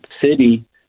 city